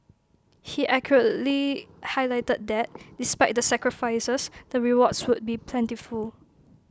he accurately highlighted that despite the sacrifices the rewards would be plentiful